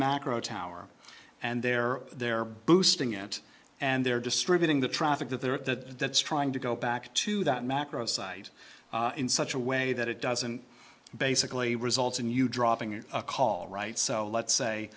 macro tower and they're there boosting it and they're distributing the traffic that they're at that trying to go back to that macro site in such a way that it doesn't basically results in you dropping it a call right so let's say